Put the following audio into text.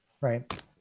right